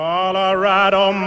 Colorado